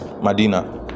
Medina